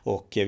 Och